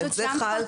זה חל מגיל שבע.